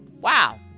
wow